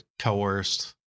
coerced